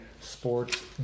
sports